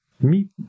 meet